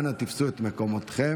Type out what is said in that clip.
אנא תפסו את מקומותיכם.